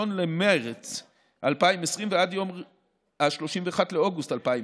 במרץ 2020 ועד יום 31 באוגוסט 2020,